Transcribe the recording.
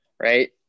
right